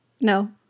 No